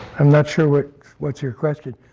i'm not sure what what's your question.